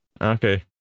okay